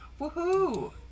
Woohoo